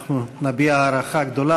שאנחנו גם נביע הערכה גדולה,